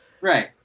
Right